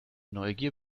neugier